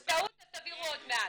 טעות, תבהירו עוד מעט.